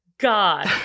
God